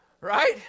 Right